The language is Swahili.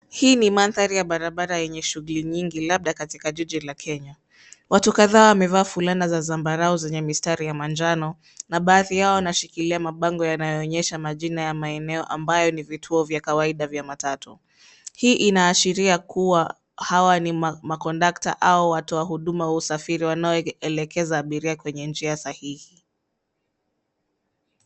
Hii ni mandhari ya barabara yenye shughuli nyingi labda katika jiji la Kenya. Watu kadhaa wamevaa fulana za zambarau zenye mistari ya manjano na baadhi yao wanashikilia mabango yanayoonyesha majina ya maeneo ambayo ni vituo vya kawaida vya matatu. Hii inaashiria kuwa hawa ni makondakta au watoa huduma wa usafiri wanaoelekeza abiria kwenye njia sahihi.